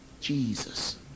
Jesus